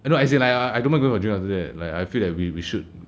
no as in I I don't mind going for drinks after that like I feel that we we should